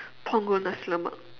punggol nasi lemak